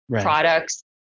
products